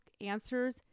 answers